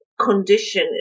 condition